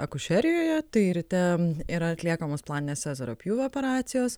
akušerijoje tai ryte yra atliekamos planinės cezario pjūvio operacijos